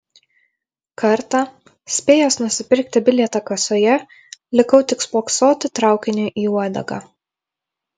kartą spėjęs nusipirkti bilietą kasoje likau tik spoksoti traukiniui į uodegą